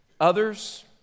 others